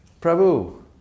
Prabhu